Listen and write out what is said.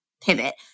pivot